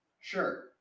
Sure